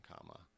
comma